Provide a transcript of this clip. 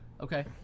Okay